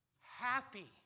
happy